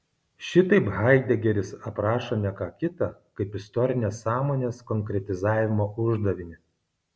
šitaip haidegeris aprašo ne ką kita kaip istorinės sąmonės konkretizavimo uždavinį